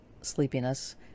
sleepiness